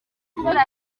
kubura